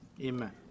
amen